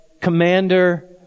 commander